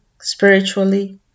Spiritually